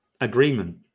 Agreement